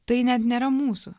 tai net nėra mūsų